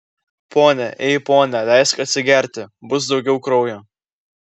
pone ei pone leisk atsigerti bus daugiau kraujo